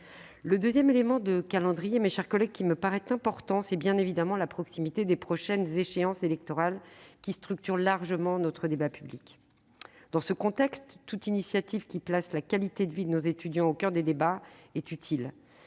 Le deuxième élément de calendrier qui me paraît important, c'est bien évidemment la proximité des prochaines échéances électorales, qui structure largement notre débat public. Dans ce contexte, toute initiative plaçant la qualité de la vie de nos étudiants au coeur des débats est utile.